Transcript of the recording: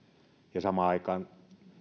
ja samaan aikaan